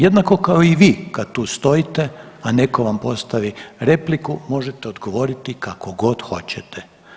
Jednako kao i vi kad tu stojite, a neko vam postavi repliku možete odgovoriti kako god hoćete.